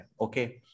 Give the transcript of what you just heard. Okay